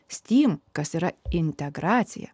stebime kas yra integracija